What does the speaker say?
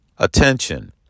Attention